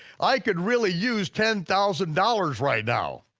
i could really use ten thousand dollars right now.